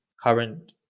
current